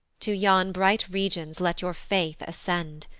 to yon bright regions let your faith ascend,